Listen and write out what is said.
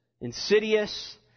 insidious